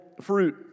fruit